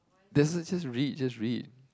that's it just read just read